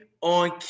on